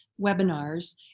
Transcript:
webinars